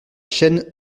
chêne